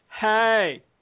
hey